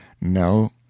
No